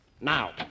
now